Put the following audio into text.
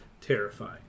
terrifying